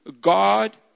God